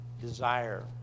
Desire